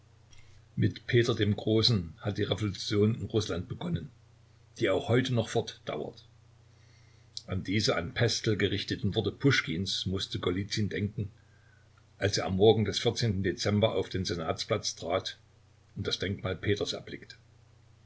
mit peter dem großen hat die revolution in rußland begonnen die auch heute noch fortdauert an diese an pestel gerichteten worte puschkins mußte golizyn denken als er am morgen des dezember auf den senatsplatz trat und das denkmal peters erblickte